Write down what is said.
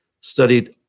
studied